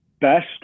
best